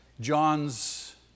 John's